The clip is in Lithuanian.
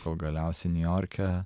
kol galiausiai niujorke